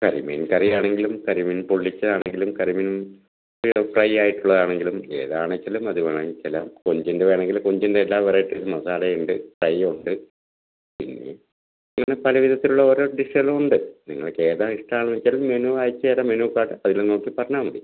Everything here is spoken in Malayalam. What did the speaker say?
കരിമീൻ കറി ആണെങ്കിലും കരിമീൻ പൊള്ളിച്ചത് ആണെങ്കിലും കരിമീൻ വെറും ഫ്രൈ ആയിട്ടുള്ളത് ആണെങ്കിലും ഏതാണെന്ന് വച്ചാൽ അത് വാങ്ങി ചില കൊഞ്ചിൻ്റെ വേണമെങ്കിൽ കൊഞ്ചിൻ്റെ എല്ലാ വെറൈറ്റീസും മസാല ഉണ്ട് ഫ്രൈ ഉണ്ട് പിന്നെ ഇങ്ങനെ പല വിധത്തിലുള്ള ഓരോ ഡിഷുകളും ഉണ്ട് നിങ്ങൾക്ക് ഏതാണ് ഇഷ്ടാമാകുന്നതെന്ന് വച്ചാൽ മെനു അയച്ചുതരാം മെനു പാർട്ട് അതിൽ നോക്കി പറഞ്ഞാൽ മതി